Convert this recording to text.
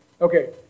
Okay